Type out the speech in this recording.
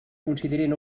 considerin